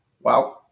Wow